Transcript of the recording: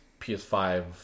PS5